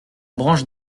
branche